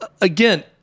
Again